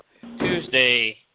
Tuesday